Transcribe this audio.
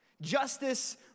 Justice